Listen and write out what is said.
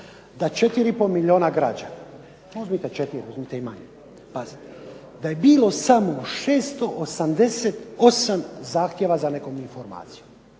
da 4,5 milijuna građana, …/Govornik se ne razumije./… pazite, da je bilo samo 688 zahtjeva za nekom informacijom.